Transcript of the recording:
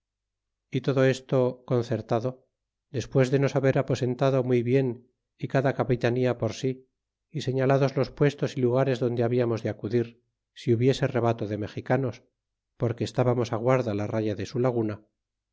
y todo esto concertado despues de nos haber aposentado muy bien y cada capitanía por sí y señalados los puestos y lugares donde hablamos de acudir si hubiese rebato de mexicanos porque estábamos guarda la raya de su laguna